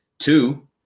Two